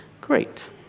Great